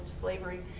slavery